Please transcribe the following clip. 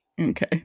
okay